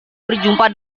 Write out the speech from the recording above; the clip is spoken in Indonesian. berjumpa